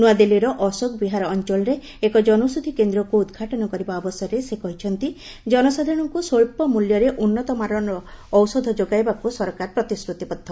ନୂଆଦିଲ୍ଲୀର ଅଶୋକ ବିହାର ଅଞ୍ଚଳରେ ଏକ ଜନୌଷଧି କେନ୍ଦ୍ରକୁ ଉଦ୍ଘାଟନ କରିବା ଅବସରରେ ଜନସାଧାରଣଙ୍କୁ ସ୍ପଚ୍ଚମ୍ବଲ୍ୟରେ ଉନ୍ନତମାନର ଔଷଧ ଯୋଗାଇବାକୁ ସରକାର ପ୍ରତିଶ୍ରତିବଦ୍ଧ